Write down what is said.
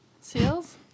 seals